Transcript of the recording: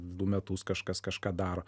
du metus kažkas kažką daro